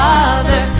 Father